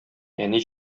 әни